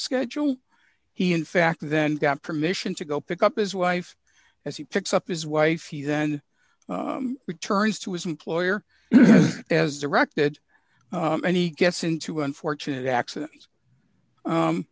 schedule he in fact then got permission to go pick up his wife as he picks up his wife he then returns to his employer as directed and he gets into unfortunate accident